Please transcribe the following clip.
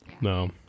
No